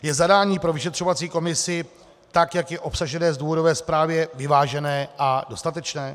Je zadání pro vyšetřovací komisi tak, jak je obsažené v důvodové zprávě, vyvážené a dostatečné?